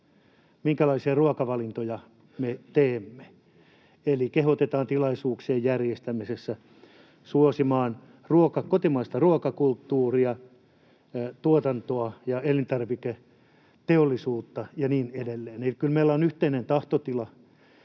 minkälaisia ruokavalintoja me teemme, eli kehotetaan tilaisuuksien järjestämisessä suosimaan kotimaista ruokakulttuuria ja -tuotantoa ja elintarviketeollisuutta ja niin edelleen. Eli kyllä meillä on yhteinen tahtotila.